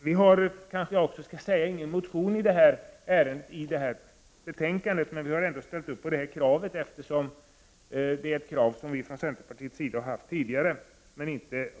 Vi har ingen motion i detta ärende som behandlas i detta betänkande, men vi har ändå ställt upp på detta krav, eftersom det är ett krav som vi från centerpartiets sida har haft tidigare.